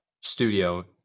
studio